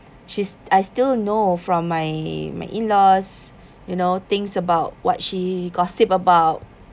she's I still know from my my in-laws you know things about what she gossip about